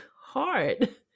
hard